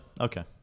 Okay